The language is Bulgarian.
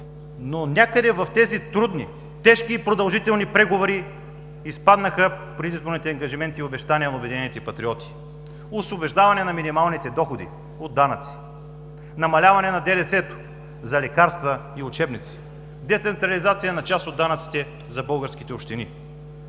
Но някъде в тези трудни, тежки и продължителни преговори изпаднаха предизборните ангажименти и обещания на Обединените патриоти – освобождаване на минималните доходи от данъци; намаляване на ДДС-то за лекарства и учебници; децентрализация на част от данъците за българските общини.